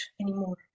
anymore